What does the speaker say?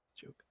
joke